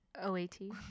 O-A-T